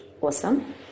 Awesome